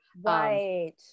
Right